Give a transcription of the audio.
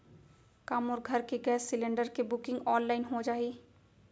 का मोर घर के गैस सिलेंडर के बुकिंग ऑनलाइन हो जाही?